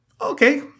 okay